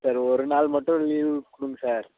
sir ஒரு நாள் மட்டும் லீவ் கொடுங்க சார்